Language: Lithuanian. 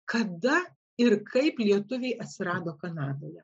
kada ir kaip lietuviai atsirado kanadoje